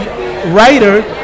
writer